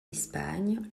espagne